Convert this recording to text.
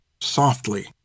softly